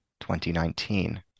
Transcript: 2019